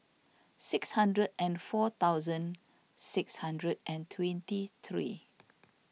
six hundred and four thousand six hundred and twenty three